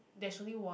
there's only one